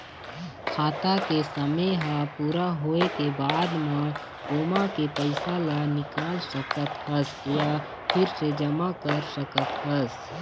खाता के समे ह पूरा होए के बाद म ओमा के पइसा ल निकाल सकत हस य फिर से जमा कर सकत हस